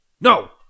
No